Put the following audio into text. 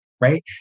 right